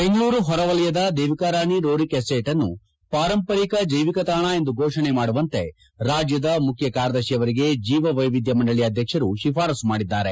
ಬೆಂಗಳೂರು ಹೊರ ವಲಯದ ದೇವಿಕಾರಾಣಿ ರೋರಿಕ್ಎಸ್ಟೇಟನ್ನು ಪಾರಂಪರಿಕ ಜೈವಿಕ ತಾಣ ಎಂದು ಘೋಷಣೆ ಮಾಡುವಂತೆ ರಾಜ್ಯದ ಮುಖ್ಯ ಕಾರ್ಯದರ್ಶಿಯವರಿಗೆ ಜೀವವೈವಿಧ್ಯ ಮಂಡಳಿ ಅಧ್ಯಕ್ಷರು ಶಿಫಾರಸು ಮಾಡಿದ್ದಾರೆ